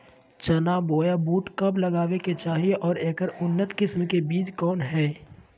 चना बोया बुट कब लगावे के चाही और ऐकर उन्नत किस्म के बिज कौन है?